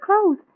clothes